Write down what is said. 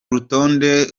rutonde